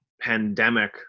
pandemic